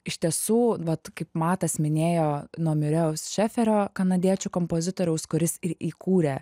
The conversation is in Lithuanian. iš tiesų vat kaip matas minėjo nuo miueri šeferio kanadiečių kompozitoriaus kuris ir įkūrė